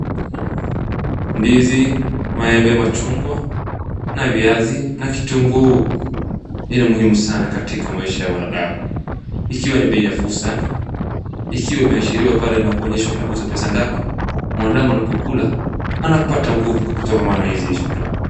Ndizi, maembe, machungwa na viazi na kitunguu hii ni muhimu sana katika maisha ya mwanadamu. Ikiwani bei nafuu sana. Ikiwa imeashiriwa pale na kuonyeshwa inauzwa pesa ngapi. Mwanadamu anapokula anapata nguvu kutokana na hizo chakula.